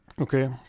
Okay